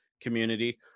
community